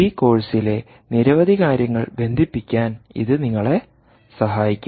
ഈ കോഴ്സിലെ നിരവധി കാര്യങ്ങൾ ബന്ധിപ്പിക്കാൻ ഇത് നിങ്ങളെ സഹായിക്കും